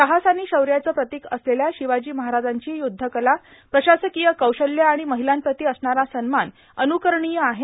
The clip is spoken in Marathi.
साहस आणि शौर्याचं प्रतीक असलेल्या शिवाजी महाराजांची युद्धकला प्रशासकीय कौशल्य आणि महिलांप्रती असणारा सन्मान अनुकरणीय आहे